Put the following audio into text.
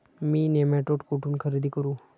मी nematode कुठून खरेदी करू?